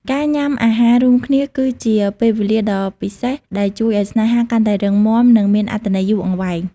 ការញ៉ាំអាហាររួមគ្នាគឺជាពេលវេលាដ៏ពិសេស ដែលជួយឱ្យស្នេហាកាន់តែរឹងមាំ និងមានអត្ថន័យយូរអង្វែង។